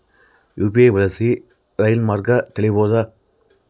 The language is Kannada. ಯು.ಪಿ.ಐ ಬಳಸಿ ರೈಲು ಮಾರ್ಗ ತಿಳೇಬೋದ?